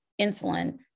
insulin